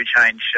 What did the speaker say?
change